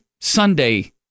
Sunday